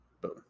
Boom